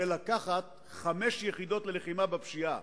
הרי לקחת חמש יחידות ללחימה בפשיעה